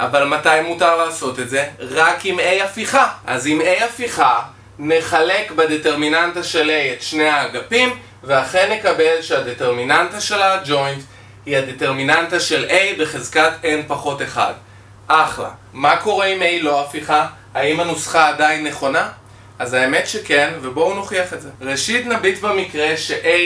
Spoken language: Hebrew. אבל מתי מותר לעשות את זה? רק אם A הפיכה אז אם A הפיכה, נחלק בדטרמיננטה של A את שני האגפים ואכן נקבל שהדטרמיננטה של ה-adjoint היא הדטרמיננטה של A בחזקת n-1 אחלה. מה קורה אם A לא הפיכה? האם הנוסחה עדיין נכונה? אז האמת שכן, ובואו נוכיח את זה. ראשית נביט במקרה שA